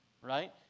right